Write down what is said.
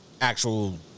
actual